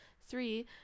three